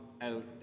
out